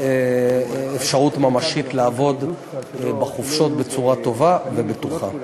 אפשרות ממשית לעבוד בחופשות בצורה טובה ובטוחה.